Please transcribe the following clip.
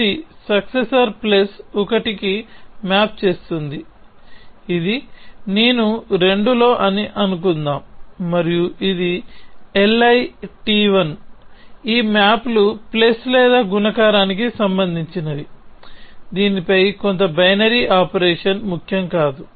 ఇది successor plus ఒకటి కు మ్యాప్ చేస్తుంది ఇది నేను రెండు లో అని అనుకుందాం మరియు ఇది Ii t1 ఈ మ్యాప్ లు ప్లస్ లేదా గుణకారానికి సంబంధించినవి దీనిపై కొంత బైనరీ ఆపరేషన్ ముఖ్యం కాదు